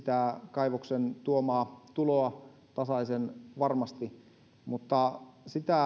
kaivoksen tuomaa tuloa tasaisen varmasti mutta sitä